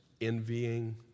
envying